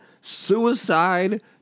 suicide